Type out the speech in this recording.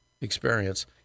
experience